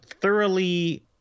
thoroughly